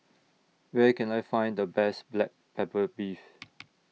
Where Can I Find The Best Black Pepper Beef